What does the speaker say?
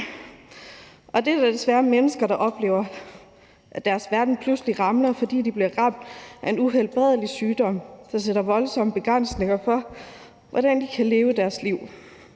os. Der er jo desværre mennesker, der oplever, at deres verden pludselig ramler, fordi de bliver ramt af en uhelbredelig sygdom, der sætter voldsomme begrænsninger for, hvordan de kan leve deres liv.